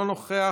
אינו נוכח,